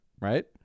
right